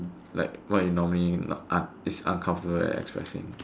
like what you normally not art is uncomfortable in expressing